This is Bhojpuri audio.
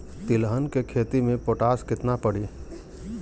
तिलहन के खेती मे पोटास कितना पड़ी?